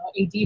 AD